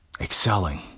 Excelling